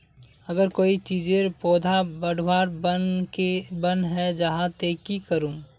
अगर कोई चीजेर पौधा बढ़वार बन है जहा ते की करूम?